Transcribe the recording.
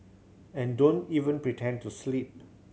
and don't even pretend to sleep